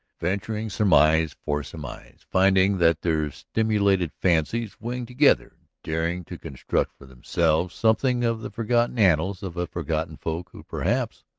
venturing surmise for surmise, finding that their stimulated fancies winged together, daring to construct for themselves something of the forgotten annals of a forgotten folk who, perhaps,